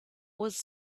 was